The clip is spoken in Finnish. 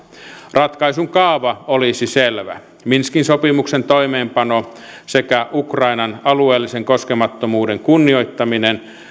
ratkaisun kaava olisi selvä minskin sopimuksen toimeenpano sekä ukrainan alueellisen koskemattomuuden kunnioittaminen